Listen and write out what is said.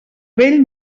vell